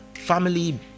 family